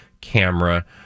camera